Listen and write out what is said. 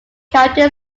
county